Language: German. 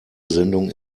sendung